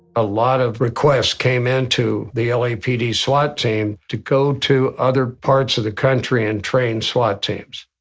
a lot of requests came in to the lapd swat team to go to other parts of the country and train swat teams.